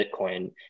bitcoin